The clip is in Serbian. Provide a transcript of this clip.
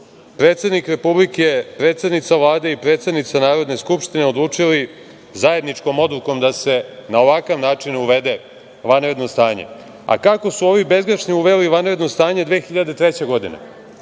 predsednik Republike, predsednica Vlade i predsednika Narodne skupštine odlučili zajedničkom odlukom da se na ovakav način uvede vanredno stanje. Kako su ovi bezgrešni uveli vanredno stanje 2003. godine?